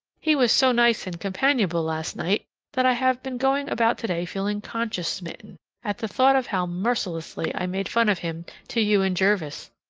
he was so nice and companionable last night that i have been going about today feeling conscience-smitten at the thought of how mercilessly i made fun of him to you and jervis.